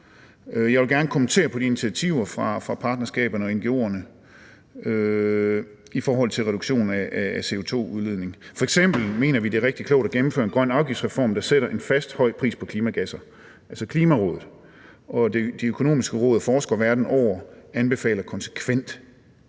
Jeg vil gerne kommentere på initiativer, der er kommet fra partnerskabet og ngo'erne i forhold til reduktion af CO2-udledningen. Vi mener f.eks., at det er meget klogt at gennemføre en grøn afgiftsreform, der sætter en fast, høj pris på klimagasser, altså Klimarådet og Det Økonomiske Råd og forskere verden over anbefaler konsekvent